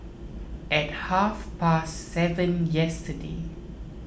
at half past seven yesterday